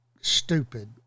stupid